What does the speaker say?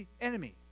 enemy